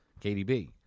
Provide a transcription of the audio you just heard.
KDB